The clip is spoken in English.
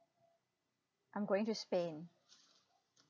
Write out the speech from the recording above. I'm going to spain